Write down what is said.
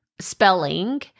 spelling